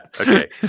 Okay